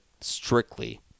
strictly